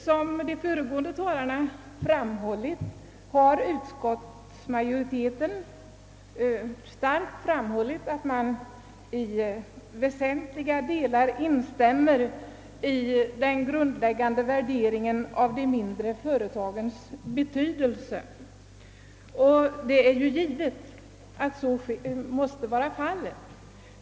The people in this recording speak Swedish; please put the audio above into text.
Som de föregående talarna framhål Jit har utskottsmajoriteten starkt understrukit, att den i väsentliga delar instämmer i den grundläggande värderingen av de mindre företagens betydelse, och det är givet att så måste vara fallet.